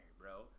bro